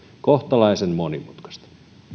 kohtalaisen monimutkaista